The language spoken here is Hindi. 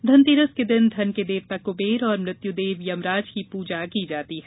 धनतेरस के दिन धन के देवता कुंबेर और मृत्युदेव यमराज की पूजा की जाती है